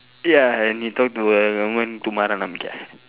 ya and he talk to a woman to tumhara naam kya